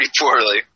poorly